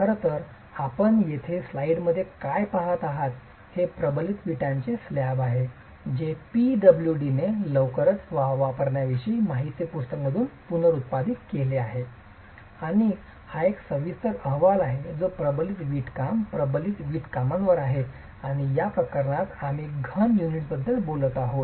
खरं तर आपण येथे स्लाइडमध्ये काय पहात आहात हे प्रबलित विटांचे स्लॅब आहेत हे पीडब्ल्यूडीने लवकर वापरण्याविषयी माहिती पुस्तक मधून पुनरुत्पादित केले आहे आणि हा एक सविस्तर अहवाल आहे जो प्रबलित वीटकाम प्रबलित वीटकामांवर आहे आणि या प्रकरणात आम्ही घन युनिट्सबद्दल बोलत आहोत